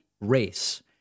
race